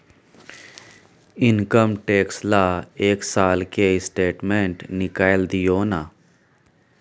Income tax ल एक साल के स्टेटमेंट निकैल दियो न?